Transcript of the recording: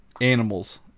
animals